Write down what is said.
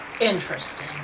interesting